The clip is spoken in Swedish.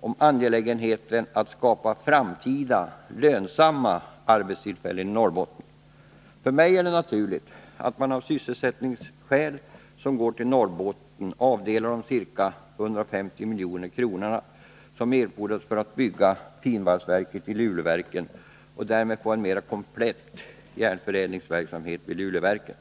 om angelägenheten av att kunna skapa framtida lönsamma arbetstillfällen i Norrbotten. Mig synes naturligt att man av sysselsättningsmedel som går till Norrbotten avdelar de ca 250 milj.kr. som fordras för att bygga om finvalsverket i Luleverken och därmed få en mera komplett järnförädlingsverksamhet vid Luleverken.